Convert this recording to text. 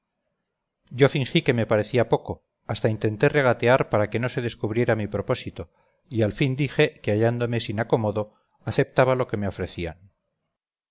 yo fingí que me parecía poco hasta intenté regatear para que no se descubriera mi propósito y al fin dije que hallándome sin acomodo aceptaba lo que me ofrecían